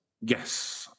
Yes